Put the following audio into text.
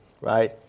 right